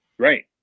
Right